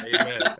Amen